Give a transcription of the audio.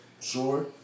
sure